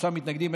שלושה מתנגדים,